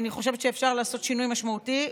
אני חושבת שאפשר לעשות שינוי משמעותי,